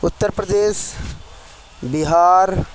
Uttar Pradesh Bihar